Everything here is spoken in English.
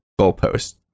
goalpost